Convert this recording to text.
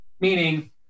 Meaning